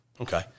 Okay